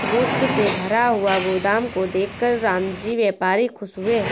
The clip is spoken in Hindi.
गुड्स से भरा हुआ गोदाम को देखकर रामजी व्यापारी खुश हुए